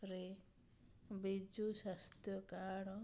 ରେ ବିଜୁ ସ୍ୱାସ୍ଥ୍ୟ କାର୍ଡ଼